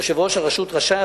יושב-ראש הרשות רשאי,